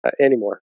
anymore